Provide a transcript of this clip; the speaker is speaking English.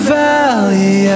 valley